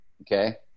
Okay